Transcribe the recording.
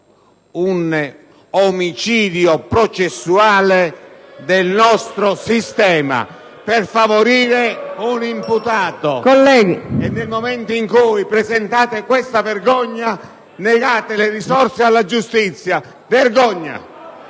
un omicidio processuale del nostro sistema per favorire un imputato: nel momento in cui presentate questa vergogna, negate le risorse alla giustizia. Vergogna!